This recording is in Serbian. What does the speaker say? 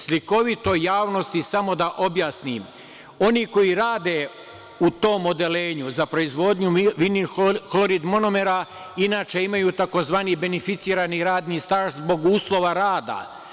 Slikovito javnosti samo da objasnim, oni koji rade u tom odeljenju za proizvodnju vinil hlorid monomera, inače imaju tzv. beneficirani radni staž zbog uslova rada.